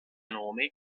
nome